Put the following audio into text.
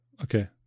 Okay